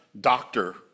doctor